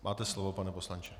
Máte slovo, pane poslanče.